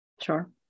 Sure